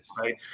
right